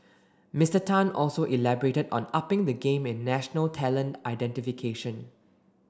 Mister Tan also elaborated on upping the game in national talent identification